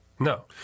No